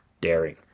daring